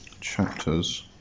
chapters